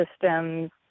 systems